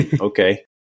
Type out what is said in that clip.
Okay